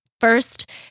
First